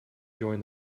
join